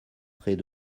près